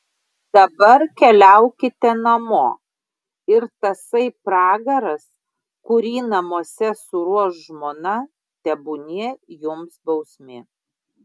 dabar keliaukite namo ir tasai pragaras kurį namuose suruoš žmona tebūnie jums bausmė